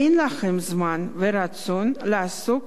אין להם זמן ורצון לעסוק